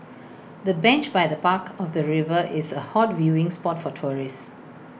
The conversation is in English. the bench by the bank of the river is A hot viewing spot for tourists